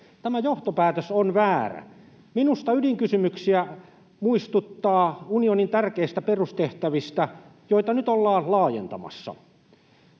Tämä johtopäätös on väärä. Minusta ydinkysymyksiä on muistuttaa unionin tärkeistä perustehtävistä, joita nyt ollaan laajentamassa.